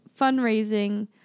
fundraising